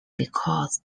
because